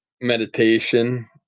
meditation